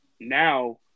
now